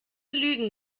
lügen